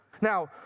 Now